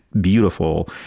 beautiful